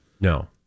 no